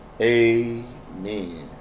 Amen